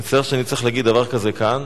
אני מצטער שאני צריך להגיד דבר כזה כאן,